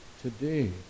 today